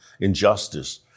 injustice